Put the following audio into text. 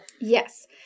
Yes